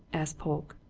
asked polke.